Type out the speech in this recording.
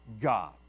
God